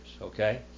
okay